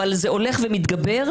אבל זה הולך ומתגבר,